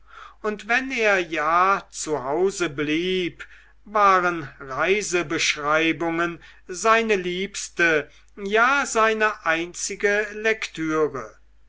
und wenn er ja zu hause blieb waren reisebeschreibungen seine liebste ja seine einzige lektüre